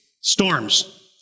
storms